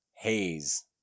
haze